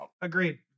Agreed